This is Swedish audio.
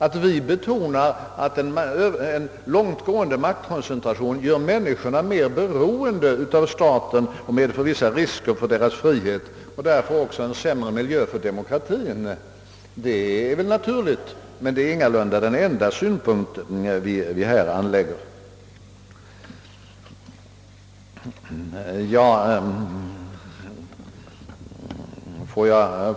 Att vi betonar att en långt gående maktkoncentration gör människorna mer beroende av staten och medför vissa risker för deras frihet och därför också en sämre miljö för demokratien, är naturligt, men det är ingalunda den enda synpunkt vi anlägger.